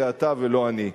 זה אתה ולא אני.